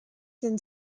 than